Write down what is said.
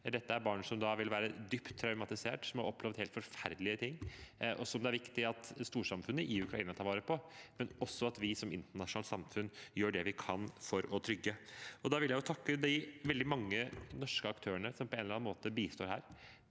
Dette er barn som da vil være dypt traumatiserte, som har opplevd helt forferdelige ting. Det er viktig at storsamfunnet i Ukraina tar vare på dem, men også at vi som internasjonalt samfunn gjør det vi kan for å trygge. Jeg vil takke de veldig mange norske aktørene som på en eller annen måte bistår her;